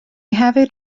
hefyd